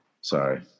Sorry